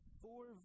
four